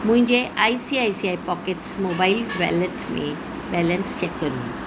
मुंहिंजे I C I C I pockets mobile wallet में balance check करियो